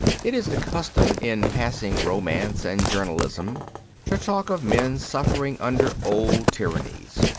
it is the custom in passing romance and journalism to talk of men suffering under old tyrannies.